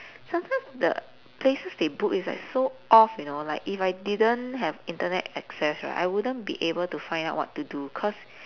sometimes the places they book is like so off you know like if I didn't have internet access right I wouldn't be able to find out what to do cause